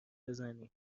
بزنی